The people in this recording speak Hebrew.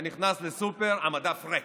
אתה נכנס לסופר, המדף ריק.